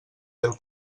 del